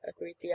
agreed